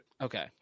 Okay